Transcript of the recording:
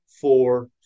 four